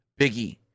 Biggie